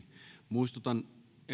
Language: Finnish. muistutan